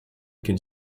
can